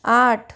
आठ